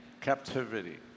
captivity